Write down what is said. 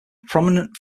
prominent